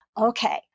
Okay